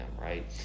right